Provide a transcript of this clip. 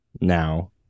now